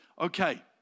Okay